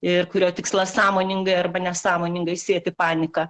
ir kurio tikslas sąmoningai arba nesąmoningai sėti paniką